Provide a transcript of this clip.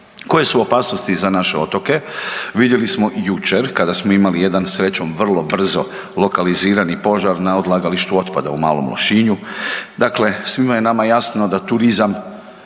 Koje su opasnosti za naše otoke vidjeli smo jučer kada smo imali jedan, srećom vrlo brzo lokalizirani požar na odlagalištu otpada u Malom Lošinju. Dakle, svima je nama jasno da turizam